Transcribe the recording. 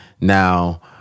Now